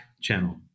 channel